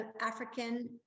African